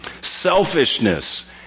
Selfishness